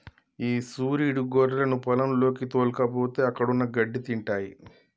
ఈ సురీడు గొర్రెలను పొలంలోకి తోల్కపోతే అక్కడున్న గడ్డి తింటాయి